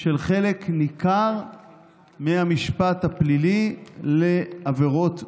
של חלק ניכר מהמשפט הפלילי לעבירות מינהליות.